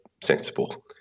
sensible